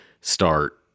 start